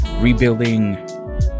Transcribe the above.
Rebuilding